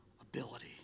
ability